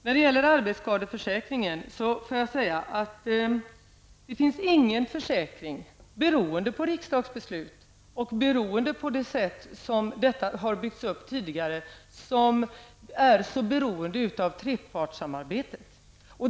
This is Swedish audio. När det gäller arbetsskadeförsäkringen får jag säga att det inte finns någon försäkring, beroende på riksdagens beslut och på det sätt varpå denna har byggts upp tidigare, som är så beroende av trepartssamarbete.